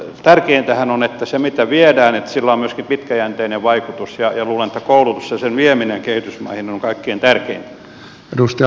tärkeintähän on että sillä mitä viedään on myöskin pitkäjänteinen vaikutus ja luulen että koulutus ja sen vieminen kehitysmaihin on kaikkein tärkeintä